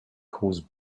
calls